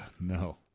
no